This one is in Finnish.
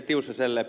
tiusaselle